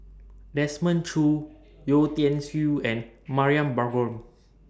Desmond Choo Yeo Tiam Siew and Mariam Baharom